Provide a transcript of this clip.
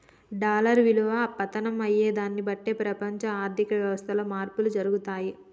dollar విలువ పతనం అయ్యేదాన్ని బట్టే ప్రపంచ ఆర్ధిక వ్యవస్థలో మార్పులు జరుగుతయి